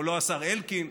או לא השר אלקין,